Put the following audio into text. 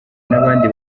n’abandi